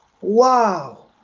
Wow